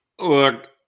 Look